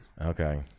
Okay